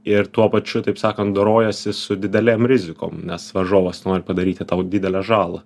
ir tuo pačiu taip sakan dorojiesi su didelėm rizikom nes varžovas nori padaryti tau didelę žalą